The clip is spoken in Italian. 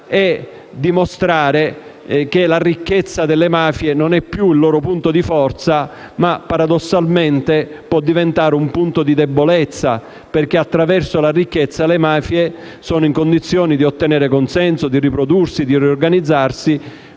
e dimostrare che la ricchezza delle mafie non è più un loro punto di forza ma paradossalmente può diventare un punto di debolezza. Attraverso la ricchezza le mafie sono infatti in condizione di ottenere consenso, di riprodursi, di riorganizzarsi;